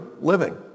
living